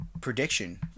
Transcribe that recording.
Prediction